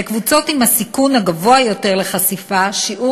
בקבוצות עם הסיכון הגבוה יותר לחשיפה שיעור